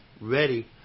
Ready